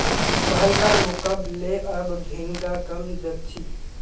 पहलकार मुकबले अब घोंघा कम दख छि